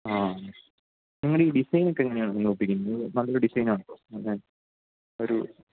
ആ നിങ്ങളീ ഡിസൈനൊക്കെ എങ്ങനെയാണ് നിങ്ങളൊപ്പിക്കുന്നത് നല്ലൊരു ഡിസൈനാണ് കേട്ടോ ഒരു